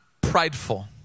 prideful